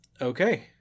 Okay